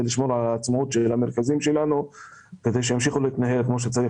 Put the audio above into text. לשמור על עצמאות המרכזים שלנו כדי שימשיכו להתנהל כמו שצריך,